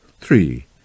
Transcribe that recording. three